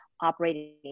operating